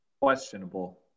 Questionable